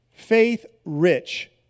Faith-rich